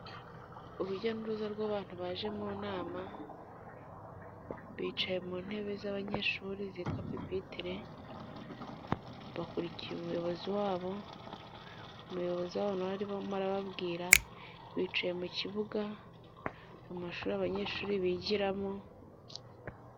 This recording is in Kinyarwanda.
Urujya n'uruza rw'abantu baje mu nama bicaye mu ntebe z'abanyeshuri zitwa pipitire, bakurikiye umuyobozi wabo, umuyobozi wabo arimo arababwira byinshi mu kibuga cy'amashuri abanyeshuri bigiramo.